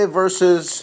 versus